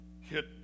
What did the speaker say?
hit